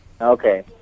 Okay